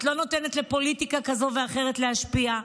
את לא נותנת לפוליטיקה כזאת ואחרת להשפיע,